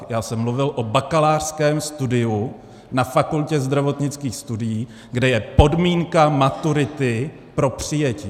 Já jsem mluvil o bakalářském studiu na Fakultě zdravotnických studií, kde je podmínka maturity pro přijetí.